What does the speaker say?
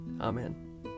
Amen